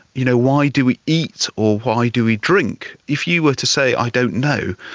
you know, why do we eat or why do we drink. if you were to say i don't know,